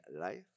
life